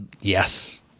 Yes